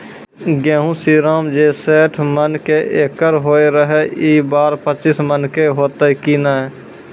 गेहूँ श्रीराम जे सैठ मन के एकरऽ होय रहे ई बार पचीस मन के होते कि नेय?